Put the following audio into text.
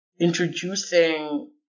introducing